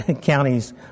counties